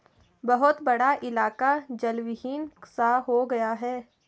बहुत बड़ा इलाका जलविहीन सा हो गया है